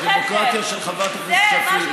חברת הכנסת שפיר,